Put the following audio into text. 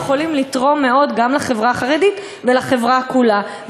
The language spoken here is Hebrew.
שיכולים לתרום מאוד לחברה החרדית ולחברה כולה.